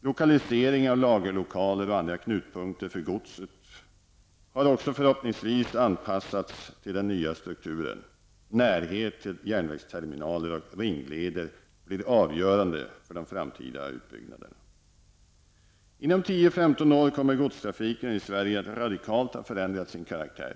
Lokaliseringen av lagerlokaler och andra knytpunkter för godset har förhoppningsvis också anpassats till den nya strukturen. Närhet till järnvägsterminaler och ringleder blir avgörande för de framtida utbyggnaderna. Inom 10--15 år kommer godstrafiken i Sverige att radikalt ha förändrat sin karaktär.